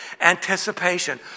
anticipation